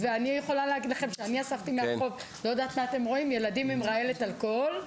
אני יכולה להגיד לכם שאני אספתי מהרחוב ילדים עם רעלת אלכוהול,